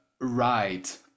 right